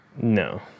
No